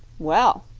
well,